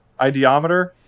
ideometer